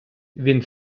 він